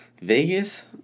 Vegas